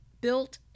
built